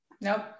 nope